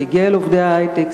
זה הגיע אל עובדי ההיי-טק,